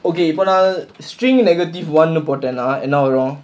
okay இப்போ நான்:ippo naan string negative one போட்டேனா என்ன வரும்:potttaenaa enna varum